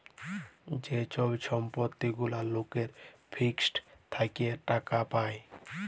যে ছব সম্পত্তি গুলা লকের ফিক্সড থ্যাকে টাকা পায়